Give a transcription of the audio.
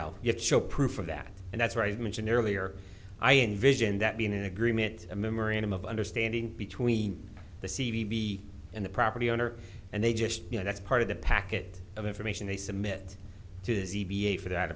know you have show proof of that and that's right you mentioned earlier i envision that being an agreement a memorandum of understanding between the c v and the property owner and they just you know that's part of the packet of information they submit to for that